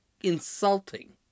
insulting